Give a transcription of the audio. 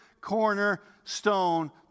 cornerstone